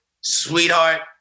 sweetheart